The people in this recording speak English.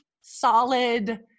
solid